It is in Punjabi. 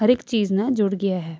ਹਰ ਇੱਕ ਚੀਜ਼ ਨਾਲ ਜੁੜ ਗਿਆ ਹੈ